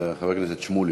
אינה נוכחת זוהיר בהלול,